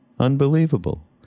Unbelievable